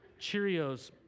Cheerios